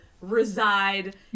reside